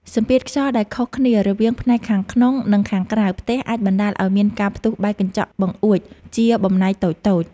សម្ពាធខ្យល់ដែលខុសគ្នារវាងផ្នែកខាងក្នុង និងខាងក្រៅផ្ទះអាចបណ្តាលឱ្យមានការផ្ទុះបែកកញ្ចក់បង្អួចជាបំណែកតូចៗ។